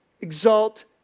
Exalt